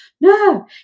no